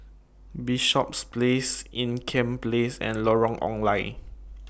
Bishops Place Ean Kiam Place and Lorong Ong Lye